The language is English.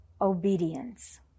obedience